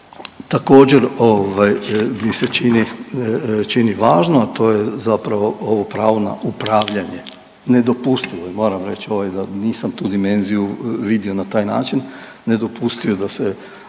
mi se čini, čini važno, a to je zapravo ovo pravo na upravljanje. Nedopustivo je, moram reći ovaj da nisam tu dimenziju vidio na taj način, nedopustivo je da se,